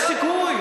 יש סיכוי,